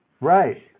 Right